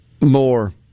more